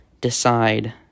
decide